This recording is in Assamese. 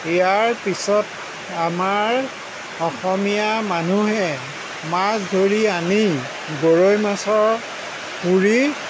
ইয়াৰ পিছত আমাৰ অসমীয়া মানুহে মাছ ধৰি আনি গৰৈ মাছৰ পুৰি